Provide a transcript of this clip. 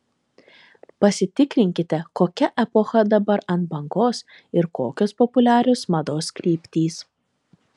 pasitikrinkite kokia epocha dabar ant bangos ir kokios populiarios mados kryptys